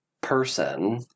person